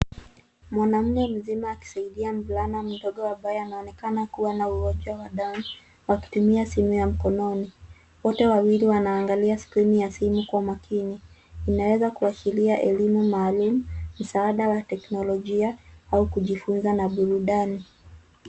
Mwanaume mzima akisaidia mvulana mdogo ambaye anaonekana kuwa na ugonjwa wa Down wakitumia simu ya mkononi. Wote wawili wanaweza kuangalia skrini ya simu kwa makini. Inaweza kuashiria elimu maalum misaada wa teknolojia au kujifunza na burudani.